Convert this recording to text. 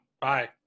Bye